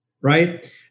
right